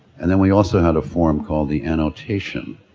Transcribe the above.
and then we also had a form called the annotation,